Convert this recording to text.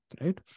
right